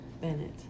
Bennett